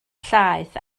llaeth